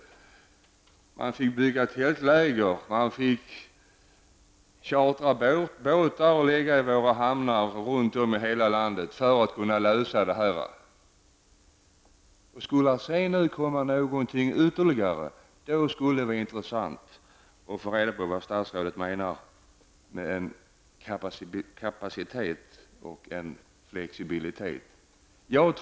Tältläger fick byggas och båtar fick chartras och läggas i våra hamnar runt om i hela landet för att lösa problemet. Skulle ytterligare flyktingar komma vore det intressant att få reda på vad statsrådet menar med kapacitet och flexibilitet.